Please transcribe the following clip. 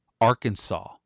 Arkansas